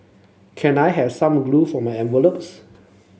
can I have some glue for my envelopes